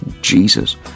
Jesus